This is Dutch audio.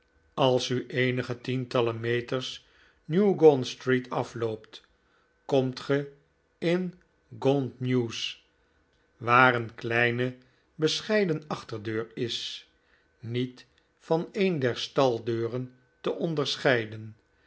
als u eenige tientallen mete rs new gaunt street afloopt komt ge in gaunt mews waar een kleine bescheiden achterdeur is niet van een der staldeuren te onderscheiden